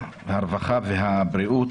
הרווחה והבריאות,